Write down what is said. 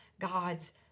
God's